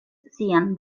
sian